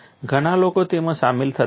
ઘણા લોકો તેમાં સામેલ થતા નથી